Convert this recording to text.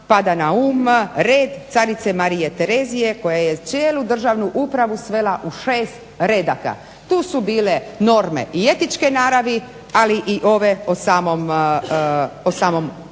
pada na um red carice Marije Terezije koja je cijelu državnu upravu svela u šest redaka. Tu su bile norme i etičke naravi, ali i ove o samom